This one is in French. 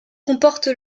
comporte